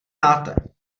máte